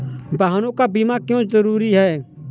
वाहनों का बीमा क्यो जरूरी है?